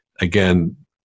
again